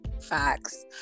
Facts